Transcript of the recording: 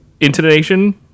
intonation